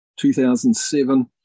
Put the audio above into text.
2007